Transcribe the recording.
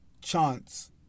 chance